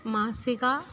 മാസിക